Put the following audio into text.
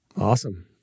Awesome